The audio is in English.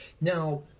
Now